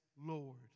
Lord